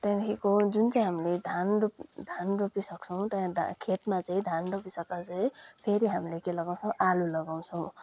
त्यहाँदेखिको जुन चाहिँ हामीले धान रोप धान रोपिसक्छौँ त्यहाँ खेतमा चाहिँ धान रोपिसकेर चाहिँ फेरि हामीले के लगाउछौँ आलु लगाउछौँ